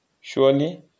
surely